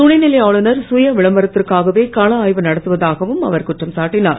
துணைநிலை ஆளுனர் சுய விளம்பரத்திற்காகவே கன ஆய்வு நடத்துவதாகவும் அவர் குற்றம் சாட்டினுர்